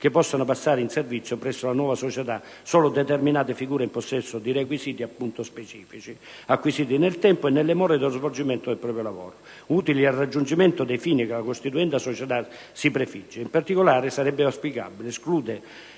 che possano passare in servizio presso la nuova società solo determinate figure in possesso appunto di requisiti specifici, acquisiti nel tempo e nelle more dello svolgimento del proprio lavoro, utili al raggiungimento dei fini che la costituenda società si prefigge. In particolare, sarebbe auspicabile escludere